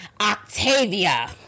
Octavia